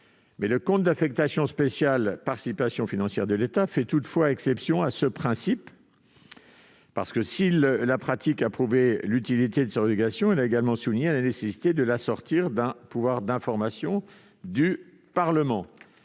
Le compte d'affectation spéciale « Participations financières de l'État » fait toutefois exception à ce principe. Si la pratique a prouvé l'utilité de cette dérogation, elle a également souligné la nécessité de l'assortir d'un pouvoir d'information du Parlement.